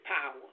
power